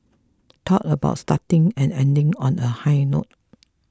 talk about starting and ending on a high note